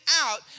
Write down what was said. out